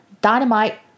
Dynamite